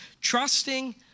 Trusting